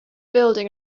building